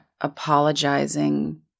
apologizing